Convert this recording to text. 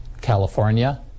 California